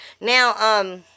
Now